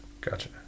Gotcha